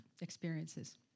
experiences